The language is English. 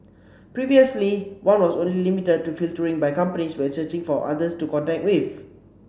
previously one was only limited to filtering by companies when searching for others to connect with